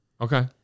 Okay